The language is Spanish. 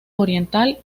oriental